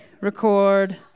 record